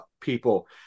people